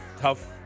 tough